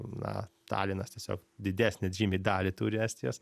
na talinas tiesiog didesnę žymiai dalį turi estijos